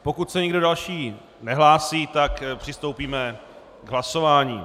Pokud se nikdo další nehlásí, tak přistoupíme k hlasování.